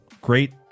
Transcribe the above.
great